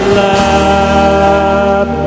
love